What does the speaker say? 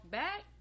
back